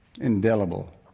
Indelible